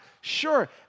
sure